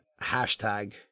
hashtag